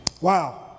Wow